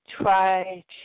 try